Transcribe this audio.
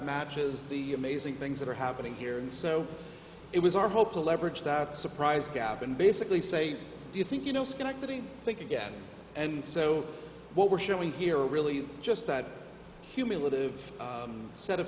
matches the amazing things that are happening here and so it was our hope to leverage that surprise gap and basically say do you think you know schenectady think again and so what we're showing here are really just that humility of a set of